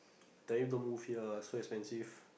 tell you don't move here so expensive